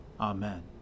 Amen